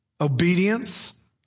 Obedience